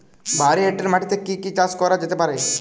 ভারী এঁটেল মাটিতে কি কি চাষ করা যেতে পারে?